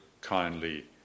kindly